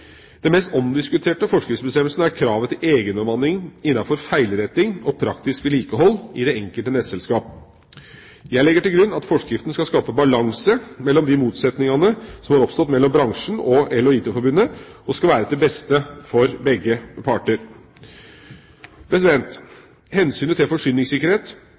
Den mest omdiskuterte forskriftsbestemmelsen er kravet til egenbemanning innen feilretting og praktisk vedlikehold i det enkelte nettselskap. Jeg legger til grunn at forskriften skal skape balanse mellom de motsetningene som har oppstått mellom bransjen og EL &IT Forbundet, og skal være til det beste for begge parter. Hensynene til forsyningssikkerhet,